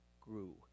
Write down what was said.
grew